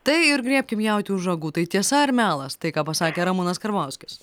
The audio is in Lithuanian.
tai ir griebkim jautį už ragų tai tiesa ar melas tai ką pasakė ramūnas karbauskis